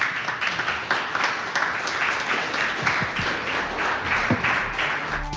are